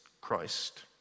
Christ